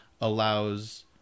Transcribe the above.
allows